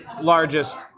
largest